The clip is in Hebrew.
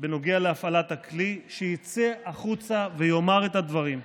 בנוגע להפעלת הכלי, שיצא החוצה ויאמר את הדברים.